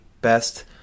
best